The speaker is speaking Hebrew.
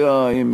מה